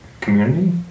community